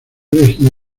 elegido